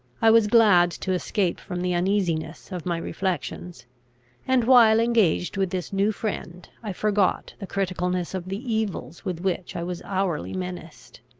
i was glad to escape from the uneasiness of my reflections and, while engaged with this new friend, i forgot the criticalness of the evils with which i was hourly menaced.